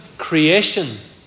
Creation